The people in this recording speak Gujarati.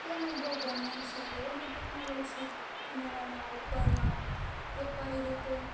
તે મને બહુ ગમે છે કે એની ટેકનોલોજીક આ નવા નવા ઉપકરણો તે કઈ રીતે